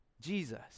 Jesus